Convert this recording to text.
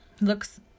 Looks